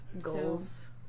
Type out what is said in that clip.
goals